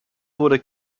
wurde